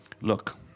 Look